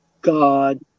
god